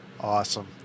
Awesome